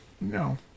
No